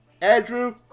Andrew